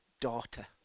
daughter